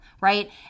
right